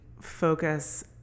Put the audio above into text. focus